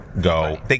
go